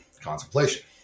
contemplation